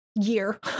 year